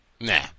Nah